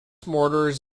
mortars